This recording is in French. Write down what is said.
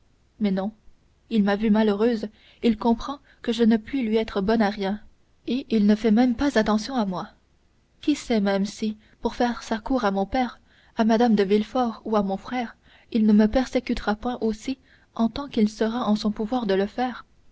mais non il m'a vue malheureuse il comprend que je ne puis lui être bonne à rien et il ne fait pas même attention à moi qui sait même si pour faire sa cour à mon père à mme de villefort ou à mon frère il ne me persécutera point aussi en tant qu'il sera en son pouvoir de le faire